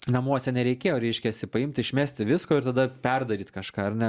namuose nereikėjo reiškiasi paimt išmesti visko ir tada perdaryt kažką ar ne